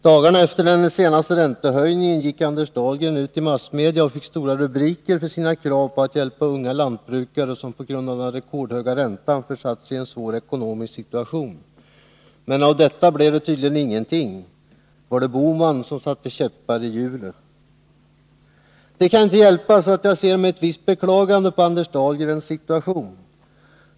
Dagarna efter den senaste räntehöjningen gick Anders Dahlgren ut i massmedia och fick stora rubriker för sina krav på att hjälpa unga lantbrukare som på grund av den rekordhöga räntan försatts i en svår ekonomisk situation. Men av detta blev det tydligen ingenting. Var det Gösta Bohman som satte käppar i hjulet? Det kan inte hjälpas att jag ser på Anders Dahlgrens situation med ett visst beklagande.